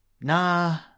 Nah